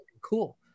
cool